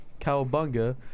Cowabunga